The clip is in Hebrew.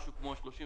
משהו כמו 35